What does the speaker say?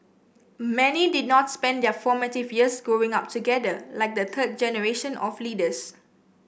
many did not spend their formative years Growing Up together like the third generation of leaders